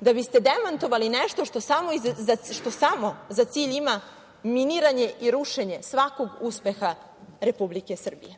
da biste demantovali nešto što samo za cilj ima miniranje i rušenje svakog uspeha Republike Srbije.